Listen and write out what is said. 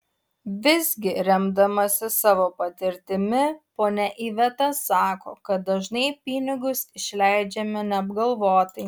visgi remdamasi savo patirtimi ponia iveta sako kad dažnai pinigus išleidžiame neapgalvotai